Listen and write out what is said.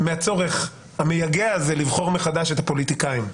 מהצורך המייגע הזה לבחור מחדש את הפוליטיקאים.